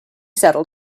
settled